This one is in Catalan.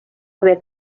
haver